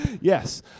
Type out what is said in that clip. Yes